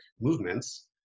movements